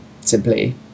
simply